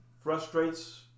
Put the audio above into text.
frustrates